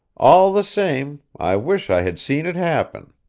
all the same, i wish i had seen it happen.